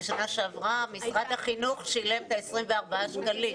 בשנה שעברה משרד החינוך שילב ב-24 שקלים.